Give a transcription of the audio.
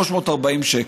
340 שקל.